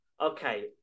okay